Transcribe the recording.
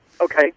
Okay